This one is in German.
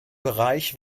bereich